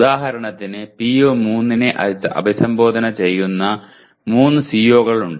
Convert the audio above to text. ഉദാഹരണത്തിന് PO3 നെ അഭിസംബോധന ചെയ്യുന്ന 3 CO കൾ ഉണ്ട്